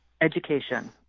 education